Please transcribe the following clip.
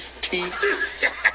teeth